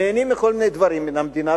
נהנים מכל מיני דברים מן המדינה,